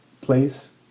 place